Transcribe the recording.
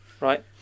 right